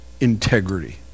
integrity